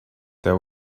there